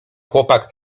chłopak